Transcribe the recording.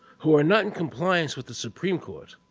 who are not in compliance with the supreme court.